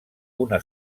una